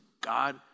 God